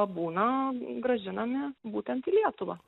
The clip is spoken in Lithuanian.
būna grąžinami būtent į lietuvą